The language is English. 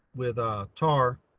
with, ah, tar.